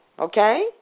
okay